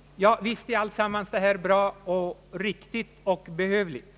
— visst är alltsammans bra och riktigt och behövligt.